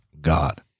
God